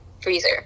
freezer